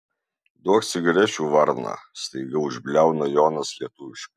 duok cigarečių varna staiga užbliauna jonas lietuviškai